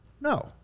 No